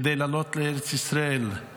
כדי לעלות לארץ ישראל,